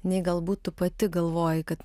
nei galbūt tu pati galvojai kad